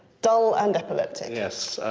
dull and epileptic. yes.